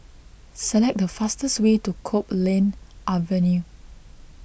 select the fastest way to Copeland Avenue